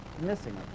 missing